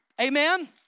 Amen